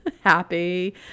happy